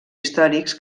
històrics